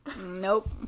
nope